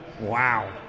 Wow